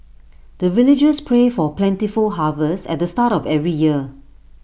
the villagers pray for plentiful harvest at the start of every year